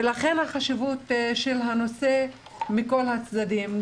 לכן החשיבות של הנושא מכל הצדדים,